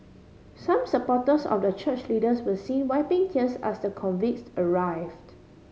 some supporters of the church leaders were seen wiping tears as the convicts arrived